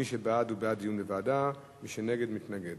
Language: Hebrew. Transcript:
מי שבעד הוא בעד דיון בוועדה, מי שנגד מתנגד.